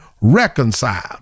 reconciled